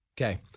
Okay